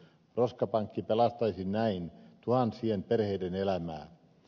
roskapankki pelastaisi näin tuhansien perheiden elämää